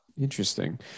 Interesting